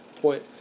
point